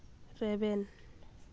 ᱨᱮᱵᱮᱱ